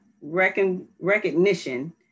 recognition